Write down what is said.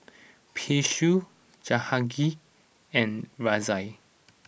Peyush Jahangir and Razia